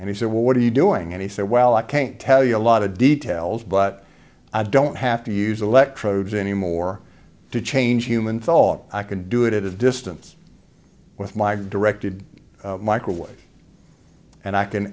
and he said what are you doing and he said well i can't tell you a lot of details but i don't have to use electrodes anymore to change human thought i can do it at a distance with my directed microwave and